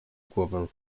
głowę